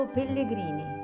Pellegrini